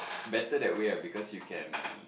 better that way ah because you can